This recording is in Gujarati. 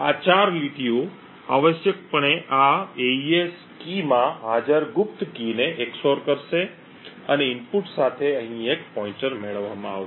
આ 4 લીટીઓ આવશ્યકપણે આ AES કી માં હાજર ગુપ્ત કીને XOR કરશે અને ઇનપુટ સાથે અહીં એક પોઇન્ટર મેળવવામાં આવશે